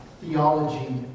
theology